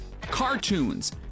cartoons